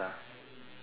just do it lah